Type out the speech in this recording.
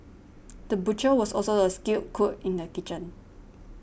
the butcher was also a skilled cook in the kitchen